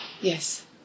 Yes